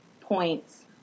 points